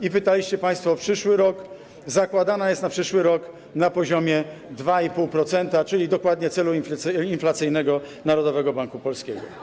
I pytaliście państwo o przyszły rok - zakładana jest na przyszły rok na poziomie 2,5%, czyli dokładnie celu inflacyjnego Narodowego Banku Polskiego.